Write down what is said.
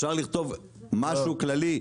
אפשר לכתוב משהו כללי.